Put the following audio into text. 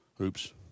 Oops